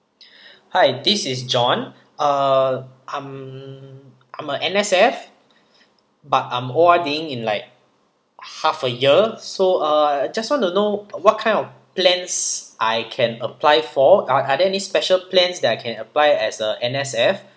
hi this is john uh I'm I'm a N_S_F but I'm O_R_D in like half a year so uh I just want to know what kind of plans I can apply for are are there any special plans that I can apply as a N_S_F